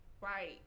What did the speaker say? right